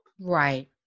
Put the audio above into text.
Right